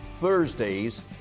Thursdays